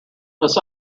was